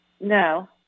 no